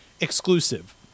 exclusive